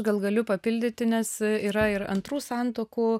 gal galiu papildyti nes yra ir antrų santuokų